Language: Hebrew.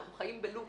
אנחנו חיים ב-לופ.